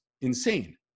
insane